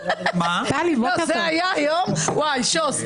זה היה יום וואיי, שוס.